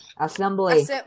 assembly